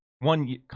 one